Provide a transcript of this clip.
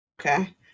Okay